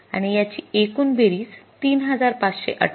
आणि याची एकूण बेरीज ३५१८